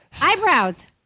Eyebrows